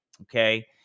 Okay